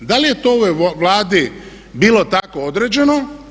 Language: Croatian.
Da li je to ovoj Vladi bilo tako određeno?